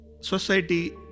Society